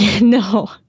no